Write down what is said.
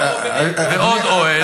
ועוד אוהל,